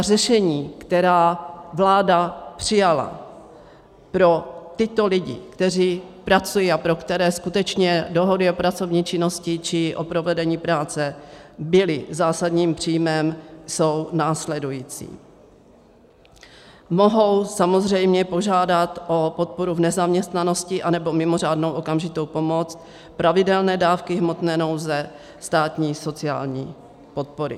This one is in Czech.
Řešení, která vláda přijala pro tyto lidi, kteří pracují a pro které skutečně dohody o pracovní činnosti či o provedení práce byly zásadním příjmem, jsou následující: mohou samozřejmě požádat o podporu v nezaměstnanosti anebo mimořádnou okamžitou pomoc, pravidelné dávky hmotné nouze státní sociální podpory.